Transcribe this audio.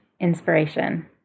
inspiration